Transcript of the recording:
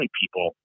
people